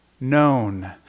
known